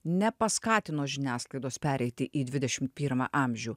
nepaskatino žiniasklaidos pereiti į dvidešimt pirmą amžių